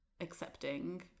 accepting